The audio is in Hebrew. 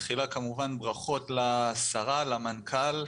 תחילה כמובן ברכות לשרה, למנכ"ל,